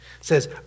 says